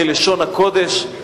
כלשון הקודש.